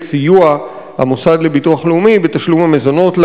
סיוע המוסד לביטוח לאומי בתשלום המזונות,